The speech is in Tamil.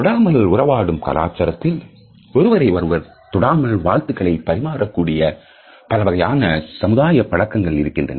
தொடாமல் உறவாடும் கலாச்சாரத்தில் ஒருவரை ஒருவர் தொடாமல் வாழ்த்துக்களை பரிமாறகூடிய பலவகையான சமுதாய பழக்கங்கள் இருக்கின்றன